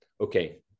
Okay